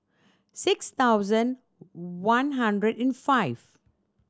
six thousand one hundred and five